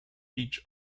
each